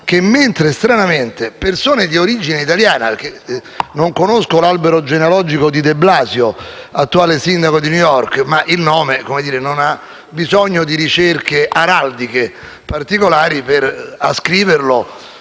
a intervenire per fare una notazione. Non conosco l'albero genealogico di de Blasio, attuale sindaco di New York, ma il nome non ha bisogno di ricerche araldiche particolari per ascriverlo,